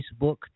Facebook